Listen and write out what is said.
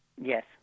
Yes